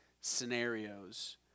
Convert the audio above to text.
scenarios